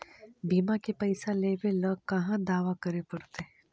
बिमा के पैसा लेबे ल कहा दावा करे पड़तै?